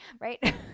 Right